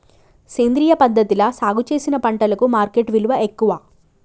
సేంద్రియ పద్ధతిలా సాగు చేసిన పంటలకు మార్కెట్ విలువ ఎక్కువ